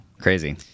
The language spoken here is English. Crazy